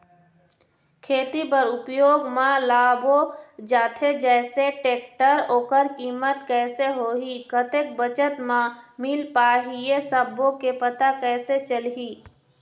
खेती बर उपयोग मा लाबो जाथे जैसे टेक्टर ओकर कीमत कैसे होही कतेक बचत मा मिल पाही ये सब्बो के पता कैसे चलही?